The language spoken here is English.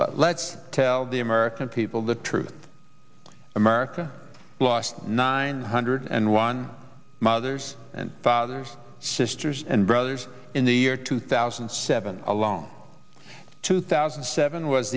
let's tell the american people the truth america lost nine hundred and one mothers and fathers sisters and brothers in the year two thousand and seven along two thousand and seven was